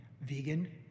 vegan